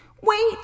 Wait